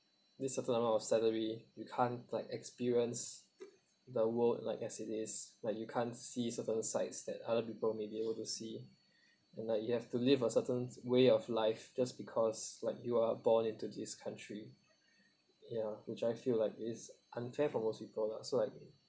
this certain amount of salary you can't like experience the world like as it is like you can't see certain sides that other people may be able to see and like you have to live a certain way of life just because like you are born into this country ya which I feel like it is unfair for most people lah so Iike